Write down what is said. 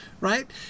right